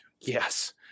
Yes